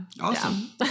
Awesome